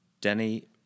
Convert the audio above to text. Denny